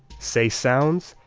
say sounds,